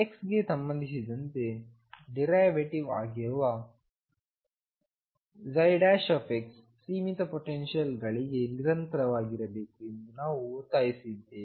x ಗೆ ಸಂಬಂಧಿಸಿದಂತೆ derivative ಆಗಿರುವ ಸೀಮಿತ ಪೊಟೆನ್ಶಿಯಲ್ಗಳಿಗೆ ನಿರಂತರವಾಗಿರಬೇಕು ಎಂದು ನಾವು ಒತ್ತಾಯಿಸಿದ್ದೇವೆ